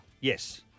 Yes